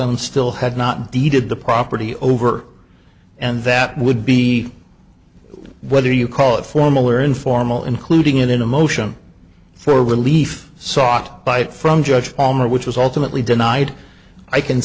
some still had not deeded the property over and that would be whether you call it formal or informal including it in a motion for relief sought by it from judge palmer which was alternately denied i can